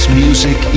music